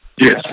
Yes